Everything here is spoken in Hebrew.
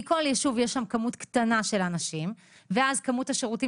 כי בכל יישוב יש שם כמות קטנה של אנשים ואז כמות השירותים